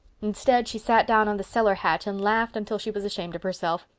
instead, she sat down on the cellar hatch and laughed until she was ashamed of herself.